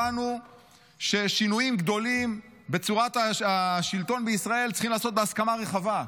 הבנו ששנויים גדולים בצורת השלטון בישראל צריכים להיעשות בהסכמה רחבה.